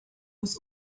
was